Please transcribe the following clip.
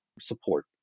support